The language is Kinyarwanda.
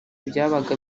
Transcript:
byabaga